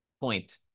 point